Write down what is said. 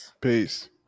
Peace